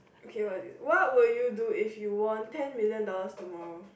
okay what what will you do if you won ten million dollars tomorrow